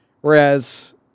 Whereas